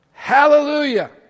Hallelujah